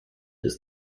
ist